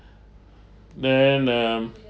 then um